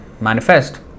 manifest